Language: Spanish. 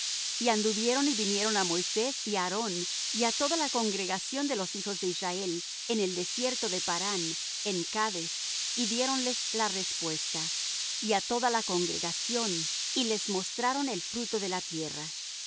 y anduvieron y vinieron á moisés y á aarón y á toda la congregación de los hijos de israel en el desierto de parán en cades y diéronles la respuesta y á toda la congregación y les mostraron el fruto de la tierra y